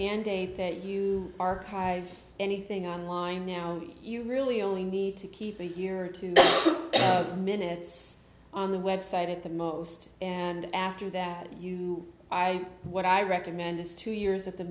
mandate that you archive anything on line now you really only need to keep a year or two minutes on the website at the most and after that you i what i recommend this two years at the